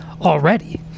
already